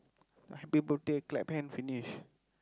happy birthday clap hand finish